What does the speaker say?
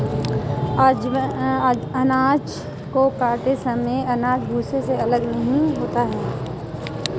अनाज को काटते समय अनाज भूसे से अलग नहीं होता है